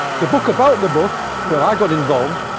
the book about the book, where i got involved,